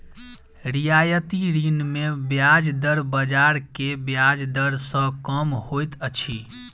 रियायती ऋण मे ब्याज दर बाजार के ब्याज दर सॅ कम होइत अछि